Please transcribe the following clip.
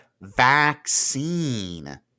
vaccine